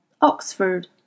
Oxford